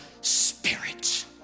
Spirit